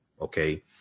okay